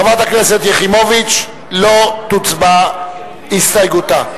חברת הכנסת יחימוביץ, לא נצביע על הסתייגותה.